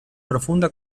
profunda